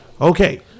Okay